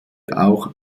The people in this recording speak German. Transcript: auch